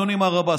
אדוני מר עבאס,